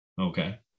Okay